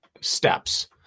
steps